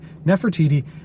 Nefertiti